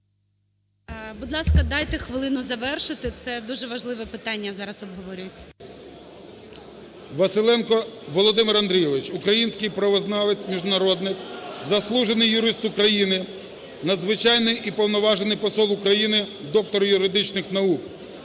Будь ласка, дайте хвилину завершити. Це дуже важливе питання зараз обговорюється. САВЧУК Ю.П. Василенко Володимир Андрійович – український правознавець-міжнародник, заслужений юрист України, Надзвичайний і Повноважений посол України, доктор юридичних наук,